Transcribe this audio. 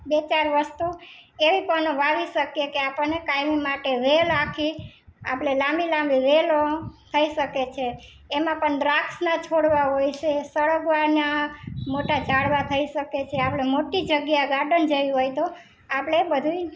બે ચાર વસ્તુ એવી પણ વાવી શકીએ કે આપણે કાયમ માટે વેલ આખી આપણે લાંબી લાંબી વેલો થઈ શકે છે એમાં પણ દ્રાક્ષનાં છોડવાં હોય છે સરગવાનાં મોટાં ઝાડવાં થઈ શકે છે આપણે મોટી જગ્યા ગાર્ડન જેવી હોય તો આપણે બધુંય